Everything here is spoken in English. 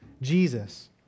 Jesus